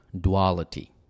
duality